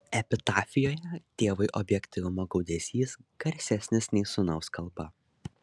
epitafijoje tėvui objektyvumo gaudesys garsesnis nei sūnaus kalba